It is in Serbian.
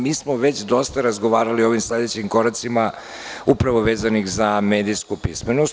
Mi smo već dosta razgovarali o ovim sledećim koracima upravo vezanih za medijsku pismenost.